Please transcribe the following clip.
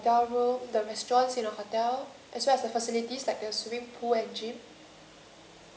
how was your hotel room the restaurants in the hotel as well as the facilities like the swimming pool and gym